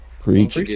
Preach